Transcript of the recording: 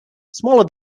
smaller